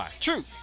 true